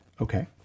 Okay